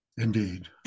indeed